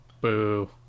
Boo